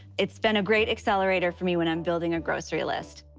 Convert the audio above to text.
it's been a great accelerator for me when i'm building a grocery list.